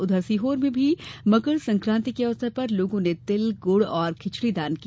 उधर सीहार में भी मकर संकाति के अवसर पर लोगो ने तिल गुड़ और खिचड़ी दान की